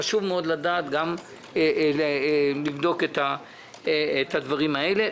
חשוב מאוד לבדוק את הדברים האלה.